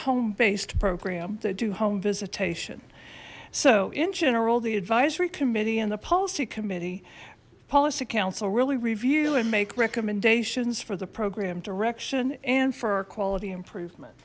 home based program that do home visitation so in general the advisory committee and the policy committee policy council really review and make recommendations for the program direction and for our quality improvement